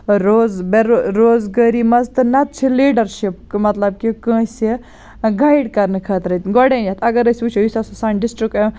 روز بے روز روزگٲری مَنٛز تہٕ نَتہٕ چھِ لیٖڈَرشِپ مَطلَب کہِ کٲنٛسہِ گایِڈ کَرنہٕ خٲطرٕ گۄڈنیٚتھ اگر أسۍ وٕچھو یُس ہسا سانہِ ڈسٹرکُک